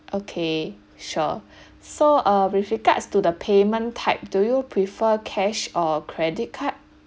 okay sure so uh with regards to the payment type do you prefer cash or credit card